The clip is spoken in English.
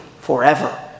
forever